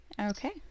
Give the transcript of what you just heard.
Okay